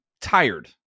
tired